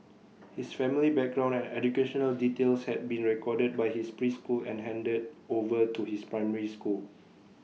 his family background and educational details had been recorded by his preschool and handed over to his primary school